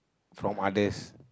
from others